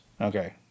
Okay